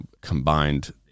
combined